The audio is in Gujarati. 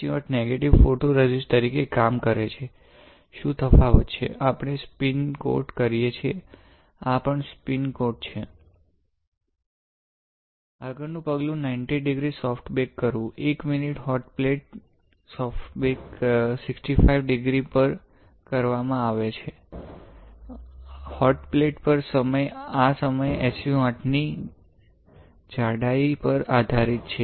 SU 8 નેગેટિવ ફોટોરેઝિસ્ટ તરીકે કામ કરે છે શું તફાવત છે આપણે સ્પિન કોટ કરીએ છિએ આ પણ સ્પિન કોટ છે આગળનું પગલું 90 ડિગ્રી એ સોફ્ટ બેક કરવું 1 minute hot plate soft bake 65 degree પર કરવામાં આવે છે હોટ પ્લેટ પર સમય આ સમય SU 8 ની જાડાઈ પર આધારિત છે